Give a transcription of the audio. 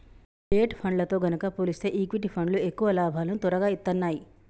debt ఫండ్లతో గనక పోలిస్తే ఈక్విటీ ఫండ్లు ఎక్కువ లాభాలను తొరగా ఇత్తన్నాయి